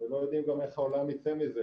ולא יודעים גם איך העולם ייצא מזה,